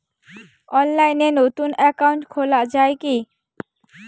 অনলাইনে নতুন একাউন্ট খোলা য়ায় কি?